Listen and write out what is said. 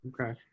Okay